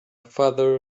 father